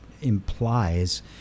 implies